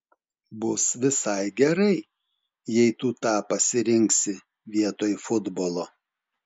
bus visai gerai jei tu tą pasirinksi vietoj futbolo